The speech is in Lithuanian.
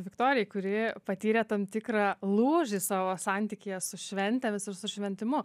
viktorija kuri patyrė tam tikrą lūžį savo santykyje su šventėmis ir su šventimu